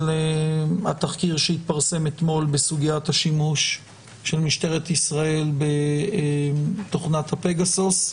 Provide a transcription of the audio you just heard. התחקיר שהתפרסם אתמול בסוגיית השימוש של משטרת ישראל בתוכנת הפגסוס.